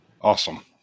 Awesome